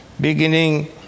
beginning